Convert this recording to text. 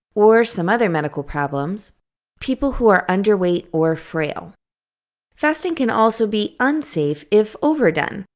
or some other medical problems people who are underweight or frail fasting can also be unsafe if overdone,